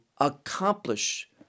accomplish